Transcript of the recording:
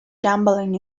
gambling